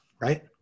Right